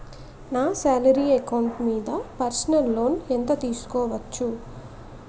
నా salary account మీద personal loan ఎంత తీసుకోవచ్చు?